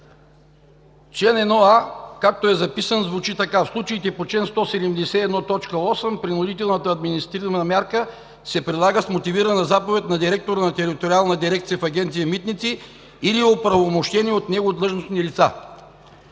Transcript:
1а, както е записана, звучи така: „(1а) В случаите по чл. 171, т. 8 принудителната администрирана мярка се прилага с мотивирана заповед на директора на териториална дирекция в Агенция „Митници“ или оправомощени от него длъжностни лица.“